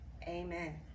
amen